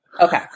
Okay